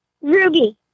Ruby